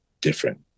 different